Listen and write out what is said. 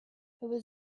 was